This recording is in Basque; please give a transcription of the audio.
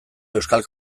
euskal